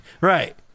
Right